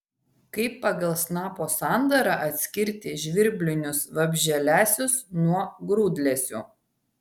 kaip pagal snapo sandarą atskirti žvirblinius vabzdžialesius nuo grūdlesių